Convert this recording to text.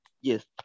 Yes